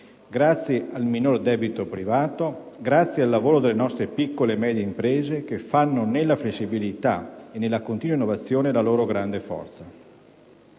Governo, al minore debito privato e al lavoro delle nostre piccole e medie imprese che fanno della flessibilità e della continua innovazione la loro grande forza.